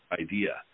idea